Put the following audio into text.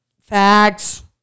Facts